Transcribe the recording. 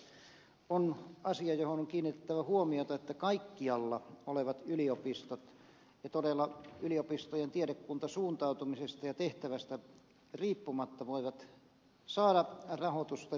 tässä on asia johon on kiinnitettävä huomiota että kaikkialla olevat yliopistot ja todella yliopistojen tiedekuntasuuntautumisesta ja tehtävästä riippumatta voivat saada rahoitusta